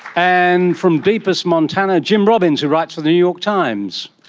and from deepest montana, jim robbins, who writes for the new york times,